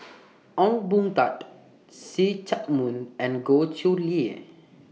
Ong Boon Tat See Chak Mun and Goh Chiew Lye